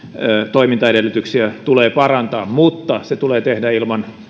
toimintaedellytyksiä tulee parantaa mutta se tulee tehdä ilman